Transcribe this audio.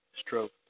stroke